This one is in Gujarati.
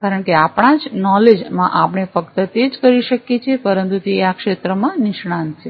કારણ કે આપણા જ્ નોલેજમાં આપણે ફક્ત તે જ કરી શકીએ પરંતુ તે આ ક્ષેત્રમાં નિષ્ણાંત છે